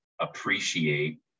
appreciate